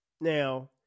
Now